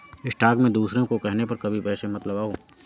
stock में दूसरों के कहने पर कभी पैसे मत लगाओ